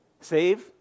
Save